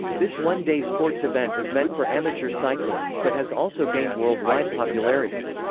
this one-day sports event is meant for amateur cyclists but has also gained worldwide popularity.